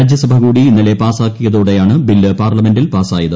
രാജ്യസഭ കൂടി ഇന്നലെ പാസ്സാക്കിയതോടെയാണ് ബില്ല് പാർലമെന്റിൽ പാസായത്